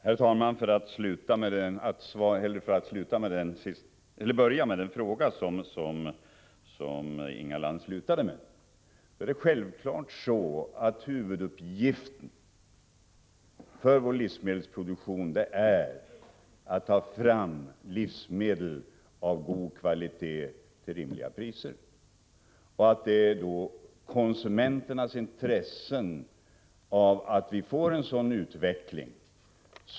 Herr talman! För att börja med den fråga som Inga Lantz slutade med vill jag säga att det självfallet är så att huvuduppgiften för vår livsmedelsproduktion är att ta fram livsmedel av god kvalitet till rimliga priser. Det ligger då i konsumenternas intresse att vi får en sådan utveckling.